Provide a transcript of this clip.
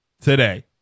today